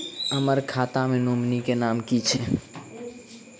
हम्मर खाता मे नॉमनी केँ नाम की छैय